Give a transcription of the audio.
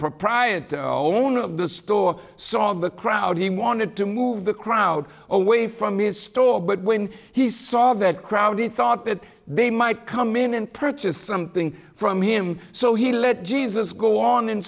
proprietor owner of the store saw the crowd he wanted to move the crowd away from his store but when he saw that crowded thought that they might come in and purchase something from him so he let jesus go on and